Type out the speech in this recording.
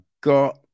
got